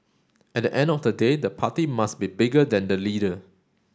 at the end of the day the party must be bigger than the leader